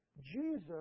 Jesus